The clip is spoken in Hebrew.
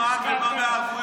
מה במזומן ומה בערבויות?